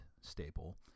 staple